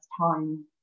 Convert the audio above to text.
time